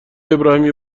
ابراهیمی